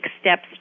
steps